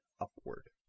upward